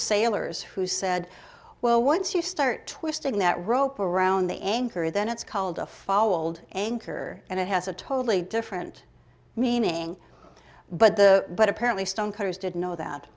sailors who said well once you start twisting that rope around the anchor then it's called a fall anchor and it has a totally different meaning but the but apparently stone cutters did know that